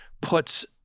puts